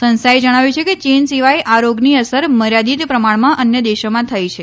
સંસ્થાએ જણાવ્યું છે કે ચીન સિવાય આ રોગની અસર મર્યાદિત પ્રમાણમાં અન્ય દેશોમાં થઇ છે